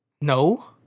no